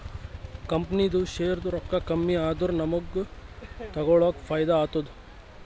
ಕಂಪನಿದು ಶೇರ್ದು ರೊಕ್ಕಾ ಕಮ್ಮಿ ಆದೂರ ನಮುಗ್ಗ ತಗೊಳಕ್ ಫೈದಾ ಆತ್ತುದ